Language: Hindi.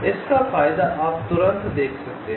इसका फायदा आप तुरंत देख सकते हैं